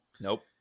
nope